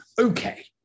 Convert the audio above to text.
okay